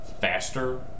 faster